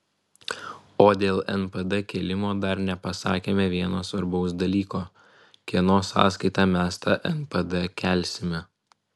o dėl npd kėlimo dar nepasakėme vieno svarbaus dalyko kieno sąskaita mes tą npd kelsime